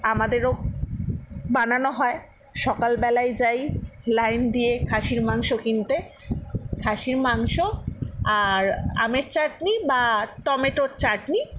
আমাদেরও বানানো হয় সকালবেলায় যাই লাইন দিয়ে খাসির মাংস কিনতে খাসির মাংস আর আমের চাটনি বা টমেটোর চাটনি